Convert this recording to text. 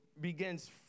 begins